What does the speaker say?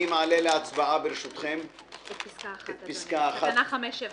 אני מעלה להצבעה את תקנה 579(1)(א)